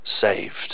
saved